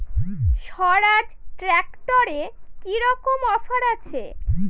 স্বরাজ ট্র্যাক্টরে কি রকম অফার আছে?